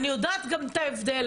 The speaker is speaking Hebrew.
אני יודעת גם את ההבדל,